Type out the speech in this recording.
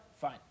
fine